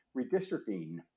redistricting